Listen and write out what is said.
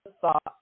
thought